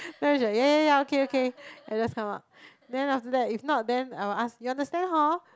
ya ya ya okay okay I just come out then after that if not then I will ask you understand hor